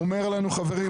ואומר לנו חברים,